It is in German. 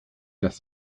dass